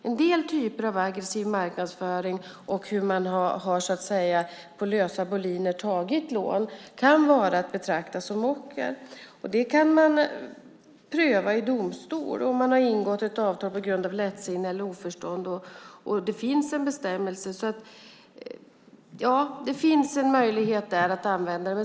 En del typer av aggressiv marknadsföring och att på lösa boliner ge lån kan vara att betrakta som ocker. Om man ingått ett avtal på grund av lättsinne eller oförstånd kan det alltså prövas i domstol. En sådan bestämmelse och möjlighet finns således.